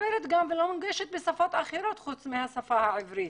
מונגשת בשפות אחרות חוץ מהשפה העברית,